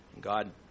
God